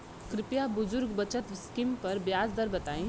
कृपया बुजुर्ग बचत स्किम पर ब्याज दर बताई